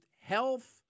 health